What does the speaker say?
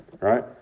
right